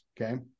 Okay